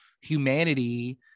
humanity